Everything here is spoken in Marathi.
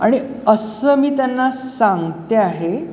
आणि असं मी त्यांना सांगते आहे